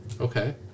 Okay